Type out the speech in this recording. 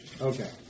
Okay